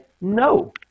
no